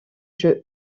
jeux